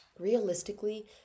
realistically